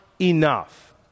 enough